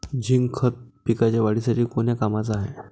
Zinc खत पिकाच्या वाढीसाठी कोन्या कामाचं हाये?